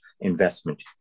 investment